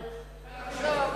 לא עברה בקריאה טרומית.